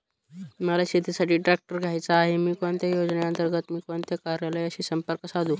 मला शेतीसाठी ट्रॅक्टर घ्यायचा आहे, मी कोणत्या योजने अंतर्गत व कोणत्या कार्यालयाशी संपर्क साधू?